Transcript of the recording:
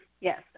Yes